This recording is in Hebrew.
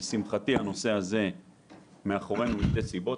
לשמחתי, הנושא הזה מאחורינו משתי סיבות.